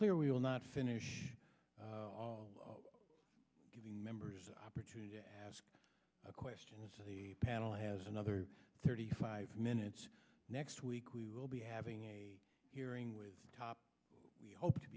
clear we will not finish giving members opportunity to ask a question to the panel has another thirty five minutes next week we will be having hearing with top we hope to